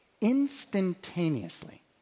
Instantaneously